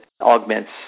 augments